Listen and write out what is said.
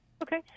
Okay